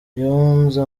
yunze